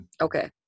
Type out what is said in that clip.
Okay